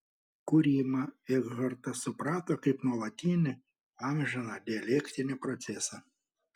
kūrimą ekhartas suprato kaip nuolatinį amžiną dialektinį procesą